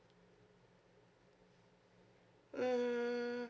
mm